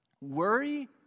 Worry